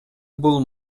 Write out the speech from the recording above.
бул